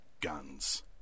guns